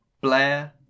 Blair